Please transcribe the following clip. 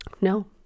No